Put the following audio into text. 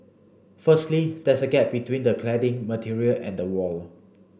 firstly there's a gap between the cladding material and the wall